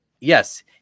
Yes